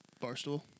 Barstool